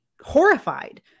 horrified